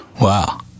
Wow